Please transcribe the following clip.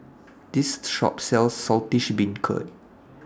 This Shop sells Saltish Beancurd